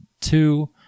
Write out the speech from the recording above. Two